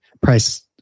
price